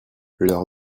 leur